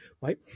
right